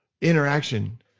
interaction